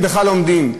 הם בכלל לא עומדים.